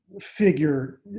figure